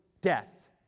Death